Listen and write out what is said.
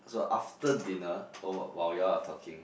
so after dinner while while you all are talking